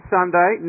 Sunday